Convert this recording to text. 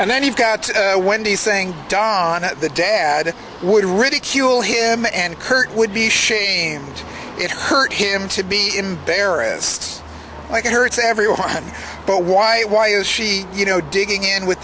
and then you've got wendy saying dawn that the dad would ridicule him and kurt would be shamed it hurt him to be embarrassed like it hurts everyone but why why is she you know digging in with